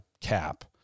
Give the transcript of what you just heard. cap